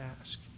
ask